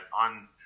on